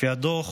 בדוח